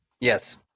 yes